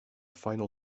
final